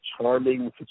charming